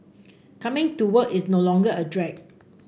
coming to work is no longer a drag